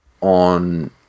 on